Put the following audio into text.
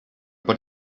but